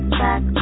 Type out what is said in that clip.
back